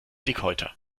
dickhäuter